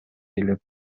ээлеп